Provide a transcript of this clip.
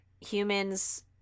humans